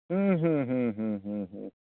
ᱦᱩᱸ ᱦᱩᱸ ᱦᱩᱸ ᱦᱩᱸ ᱦᱩᱸ